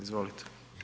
Izvolite.